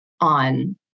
on